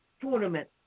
Tournament